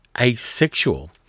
asexual